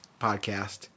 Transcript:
podcast